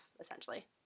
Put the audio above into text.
essentially